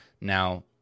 Now